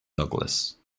douglas